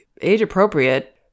age-appropriate